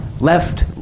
left